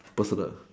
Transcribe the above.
personal